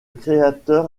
créateur